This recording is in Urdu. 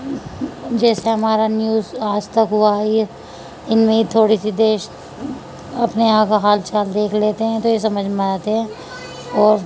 جیسے ہمارا نیوز آج تک ہوا یہ ان میں تھوڑی سی دیش اپنے یہاں کا حال چال دیکھ لیتے ہیں تو یہ سمجھ میں آتے ہیں اور